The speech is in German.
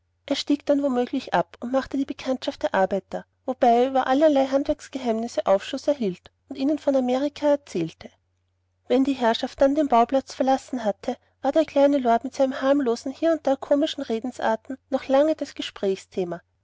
er stieg dann womöglich ab und machte die bekanntschaft der arbeiter wobei er über allerlei handwerksgeheimnisse aufschluß erhielt und ihnen von amerika erzählte wenn die herrschaft dann den bauplatz verlassen hatte war der kleine lord mit seinen harmlosen hier und da komischen redensarten noch lange das gesprächsthema